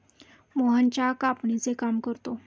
मोहन चहा कापणीचे काम करतो